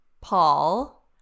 Paul